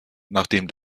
nachdem